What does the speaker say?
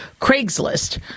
Craigslist